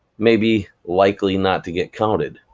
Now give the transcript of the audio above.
may be likely not to get counted.